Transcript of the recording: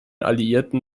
alliierten